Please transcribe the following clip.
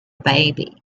baby